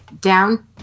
down